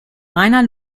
reiner